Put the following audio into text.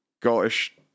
Scottish